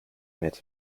met